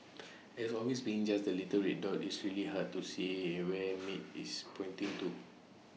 as always being just the little red dot it's really hard to see where maid is pointing to